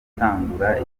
gutangura